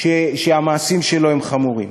שהמעשים שלו הם חמורים.